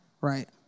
right